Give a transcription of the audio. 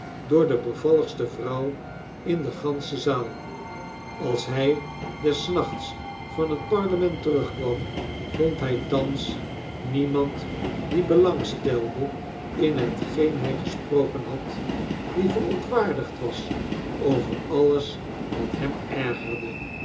door de bevalligste vrouw in de gansche zaal als hg des nachts van het parlement terugkwatn vond hg thans niemand die belang stelae in hetgeenhij gesprokenhad die verontwaardigd was over alles wat hem ergerde